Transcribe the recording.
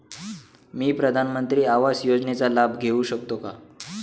मी प्रधानमंत्री आवास योजनेचा लाभ घेऊ शकते का?